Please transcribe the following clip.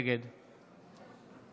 נגד